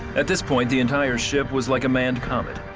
at this point the entire ship was like a manned comet.